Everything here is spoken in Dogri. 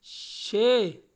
छे